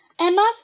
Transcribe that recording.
Emma's